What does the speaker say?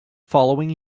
following